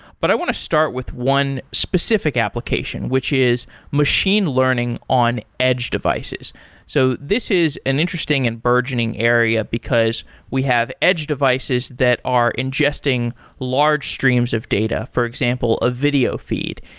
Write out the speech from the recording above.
but i want to start with one specific application, which is machine learning on edge devices so this is an interesting and burgeoning area, because we have edge devices that are ingesting large streams of data, for example of video feed.